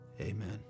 Amen